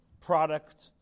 product